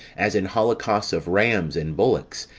as in holocausts of rams, and bullocks,